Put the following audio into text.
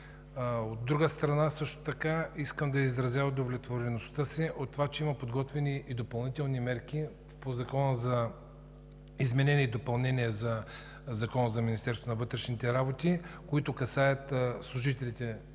ефективност. Също искам да изразя удовлетвореност от това, че има подготвени и допълнителни мерки по Закона за изменение и допълнение на Закона за Министерството на вътрешните работи, които касаят служителите